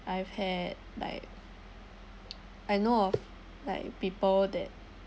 I've had like I know of like people that